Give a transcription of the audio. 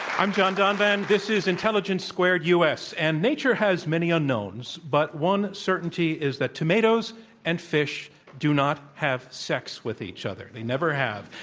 i'm john donvan. this is intelligence squared u. s. and nature has many unknowns, but one certainty is that tomatoes and fish do not have sex with each other. they never have.